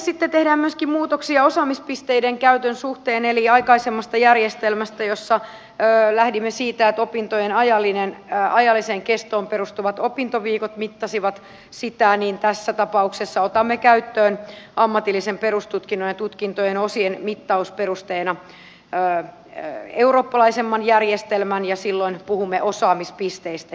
sitten tehdään myöskin muutoksia osaamispisteiden käytön suhteen eli kun aikaisemmassa järjestelmässä lähdimme siitä että opintojen ajalliseen kestoon perustuvat opintoviikot mittasivat niitä niin tässä tapauksessa otamme käyttöön ammatillisen perustutkinnon ja tutkintojen osien mittausperusteena eurooppalaisemman järjestelmän ja silloin puhumme osaamispisteistä jatkossa